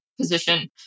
position